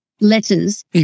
letters